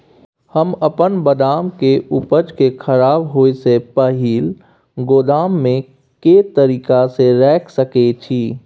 हम अपन बदाम के उपज के खराब होय से पहिल गोदाम में के तरीका से रैख सके छी?